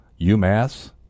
UMass